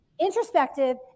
introspective